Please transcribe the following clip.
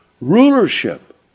Rulership